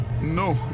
No